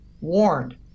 warned